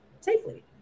safely